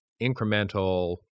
incremental